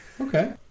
Okay